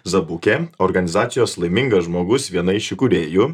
zapukė organizacijos laimingas žmogus viena iš įkūrėjų